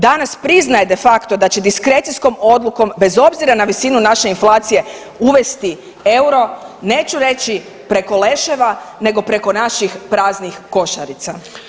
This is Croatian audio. Danas priznaje de facto da će diskrecijskom odlukom bez obzira na visinu naše inflacije uvesti euro, neću reći preko leševa nego preko naših praznih košarica.